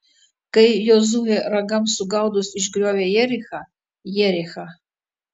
kai jozuė ragams sugaudus išgriovė jerichą jerichą